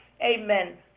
amen